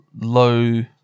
low